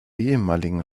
ehemaligen